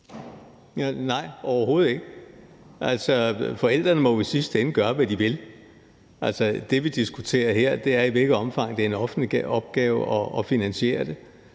Nej, overhovedet ikke. Forældrene må jo i sidste ende gøre, hvad de vil. Det, vi diskuterer her, er, i hvilket omfang det er en offentlig opgave at finansiere det.